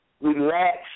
relax